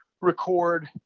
record